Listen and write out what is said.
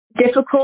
difficult